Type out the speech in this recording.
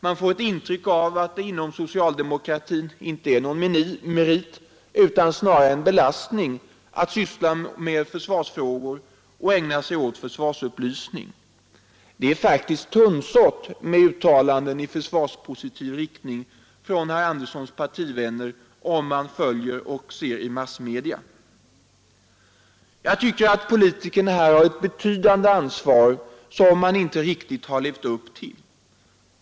Man får ett intryck av att det inom socialdemokratin inte är någon merit utan snarare en belastning att syssla med försvarsfrågor och ägna sig åt försvarsupplysning. Det är faktiskt tunnsått med uttalanden i försvarspositiv riktning från herr Anderssons partivänner, om man följer massmedia. Jag tycker att politikerna här har ett betydande ansvar, som de inte riktigt har levt upp till.